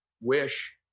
wish